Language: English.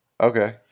Okay